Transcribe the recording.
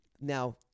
Now